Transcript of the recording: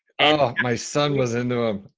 and my son was in the